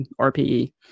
RPE